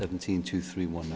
seventeen two three one